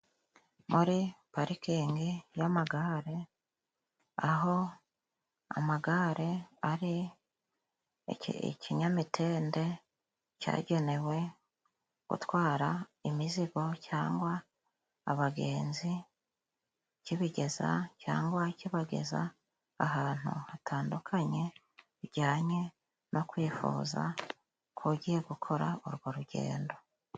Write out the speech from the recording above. Muri parikingi y'amagare aho amagare ari ikinyamitende cyagenewe gutwara imizigo cyangwa abagenzi, kibigeza cyangwa kibageza ahantu hatandukanye. Bijyanye no kwifuza k'ugiye gukora urwo rugendo.